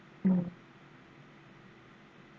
mm